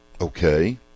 Okay